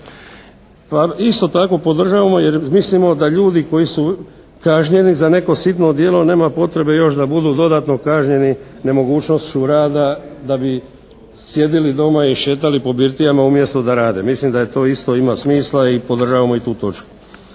Pa isto tako podržavamo jer mislimo da ljudi koji su kažnjeni za neko sitno djelo nema potrebe da još budu dodatno kažnjeni nemogućnošću rada da bi sjedili doma i šetali po birtijama umjesto da rade. Mislim da je to isto ima smisla i podržavamo i tu točku.